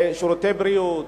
שירותי בריאות,